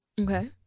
okay